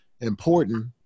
important